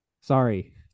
sorry